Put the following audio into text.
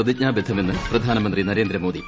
പ്രതിജ്ഞാബദ്ധമെന്ന് പ്രധാനമന്ത്രി നരേന്ദ്രമോദി